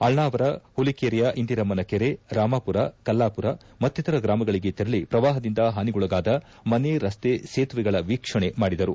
ಅಳ್ನಾವರ ಹುಲಿಕೆರೆಯ ಇಂದಿರಮ್ಸನ ಕೆರೆ ರಾಮಾಪುರ ಕಲ್ಲಾಪುರ ಮತ್ತಿತರ ಗ್ರಾಮಗಳಿಗೆ ತೆರಳಿ ಶ್ರವಾಪದಿಂದ ಹಾನಿಗೊಳಗಾದ ಮನೆ ರಸ್ತೆ ಸೇತುವೆಗಳ ವೀಕ್ಷಣೆ ಮಾಡಿದರು